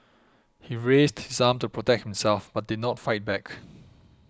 he raised his arm to protect himself but did not fight back